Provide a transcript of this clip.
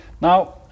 Now